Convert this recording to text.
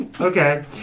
Okay